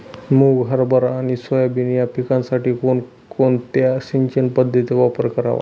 मुग, हरभरा आणि सोयाबीन या पिकासाठी कोणत्या सिंचन पद्धतीचा वापर करावा?